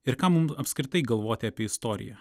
ir kam mum apskritai galvoti apie istoriją